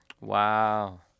Wow